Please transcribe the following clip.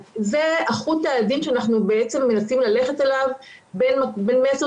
זה החוט העדין שאנחנו מנסים ללכת עליו בין מסר